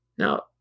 Now